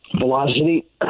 Velocity